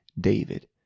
David